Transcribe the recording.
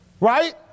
Right